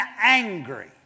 angry